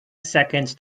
seconds